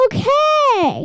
Okay